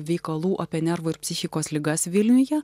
veikalų apie nervų ir psichikos ligas vilniuje